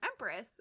Empress